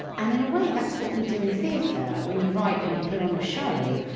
and in a way, that's what we do in theater. when you write and you put on a show,